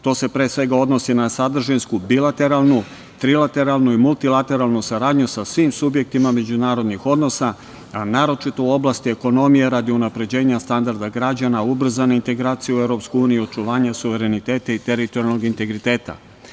To se pre svega odnosi na sadržinsku, bilateralnu, trilateralnu i multilateralnu saradnju sa svim subjektima međunarodnih odnosa, a naročito u oblasti ekonomije, radi unapređenja standarda građana, ubrzane integracije u EU, očuvanje suvereniteta i teritorijalnog integriteta.